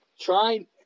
Try